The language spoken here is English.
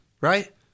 Right